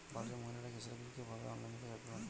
বাড়ির মহিলারা গ্যাসের বিল কি ভাবে অনলাইন পেমেন্ট করবে?